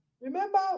Remember